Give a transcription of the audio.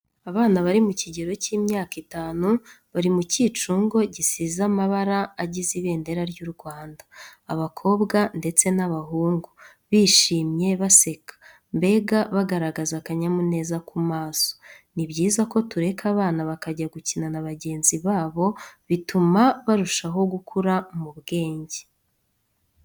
Abana bari mu kigero cy'imyaka itanu, bari mu cyicungo gisize amabara agize ibendera ry'u Rwanda, abakobwa ndetse n'abahungu, bishimye, baseka mbega bagaragaza akanyamuneza ku maso. Ni byiza ko tureka abana bakajya gukina na bagenzi babo, bituma barushaho gukura mu bwenge.